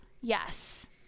yes